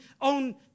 own